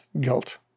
guilt